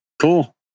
Cool